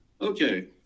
Okay